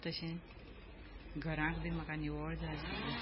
तशेंच घरांत बी म्हाका निवळ जाय आशिल्लें